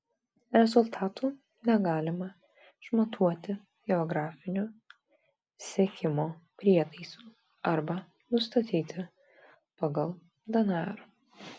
rezultatų negalima išmatuoti geografiniu sekimo prietaisu arba nustatyti pagal dnr